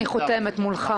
אני חותמת מולך.